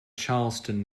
charleston